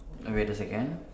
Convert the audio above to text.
err wait a second